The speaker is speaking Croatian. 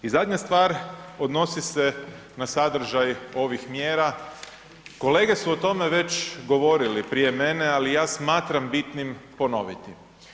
I zadnja stvar odnosi se na sadržaj ovih mjera, kolege su o tome već govorili prije mene, ali ja smatram bitnim ponoviti.